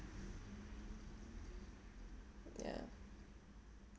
ya